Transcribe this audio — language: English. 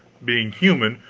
being human,